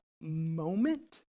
moment